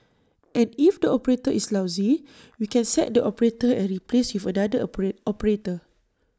and if the operator is lousy we can sack the operator and replace with another operate operator